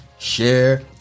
share